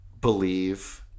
believe